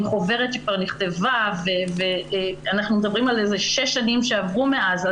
חוברת שכבר נכתבה ואנחנו מדברים על שש שנים שעברו מאז.